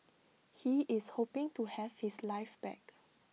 he is hoping to have his life back